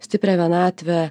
stiprią vienatvę